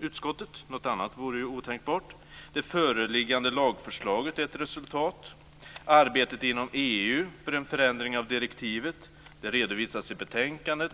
utskottet - något annat vore otänkbart. Det föreliggande lagförslaget är ett resultat. Arbetet inom EU för en förändring av direktivet redovisas i betänkandet.